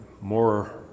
more